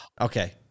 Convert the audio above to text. Okay